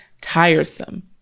tiresome